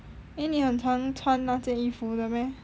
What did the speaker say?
eh 你很长穿那件衣服的 meh